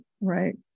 right